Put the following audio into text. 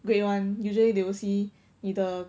grade [one] usually they will see 你的